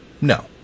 no